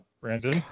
Brandon